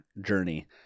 journey –